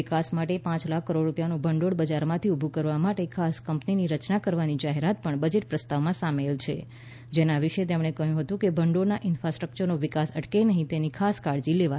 વિકાસ માટે પાંચ લાખ કરોડ રૂપિયાનું ભંડોળ બજારમાંથી ઊભું કરવા માટે ખાસ કંપનીની રચના કરવાની જાહેરાત પણ બજેટ પ્રસ્તાવમાં સામેલ છે જેના વિષે તેમણે કહ્યું હતું કે ભંડોળના ઇન્ફાસ્ટ્રકચરનો વિકાસ અટકે નહીં તેની ખાસ કાળજી લેવાશે